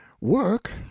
work